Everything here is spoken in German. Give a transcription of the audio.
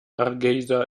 hargeysa